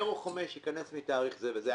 אירו 5 ייכנס מתאריך זה וזה.